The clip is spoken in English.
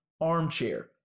ARMCHAIR